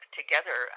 together